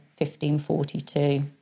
1542